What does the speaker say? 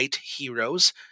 Heroes